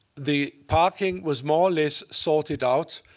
the parking was more or less sorted out.